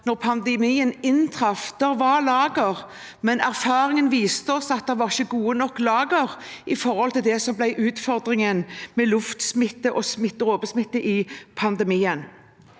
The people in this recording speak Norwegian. da pandemien inntraff. Det var lager, men erfaringen viste oss at det ikke var gode nok lager i forhold til det som ble utfordringen med luftsmitte og dråpesmitte i pandemien.